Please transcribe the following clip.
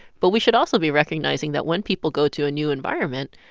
but we should also be recognizing that when people go to a new environment,